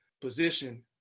position